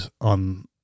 on